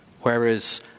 Whereas